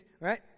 right